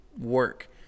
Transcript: work